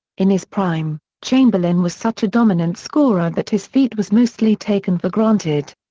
in his prime, chamberlain was such a dominant scorer that his feat was mostly taken for granted.